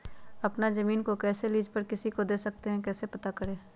अपना जमीन को कैसे लीज पर किसी को दे सकते है कैसे पता करें?